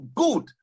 good